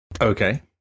okay